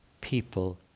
people